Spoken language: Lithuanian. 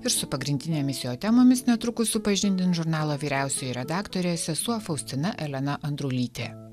ir su pagrindinėmis jo temomis netrukus supažindins žurnalo vyriausioji redaktorė sesuo faustina elena andrulytė